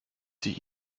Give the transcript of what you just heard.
sich